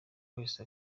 wese